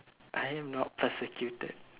I am not persecuted